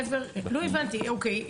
אוקיי,